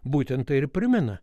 būtent tą ir primena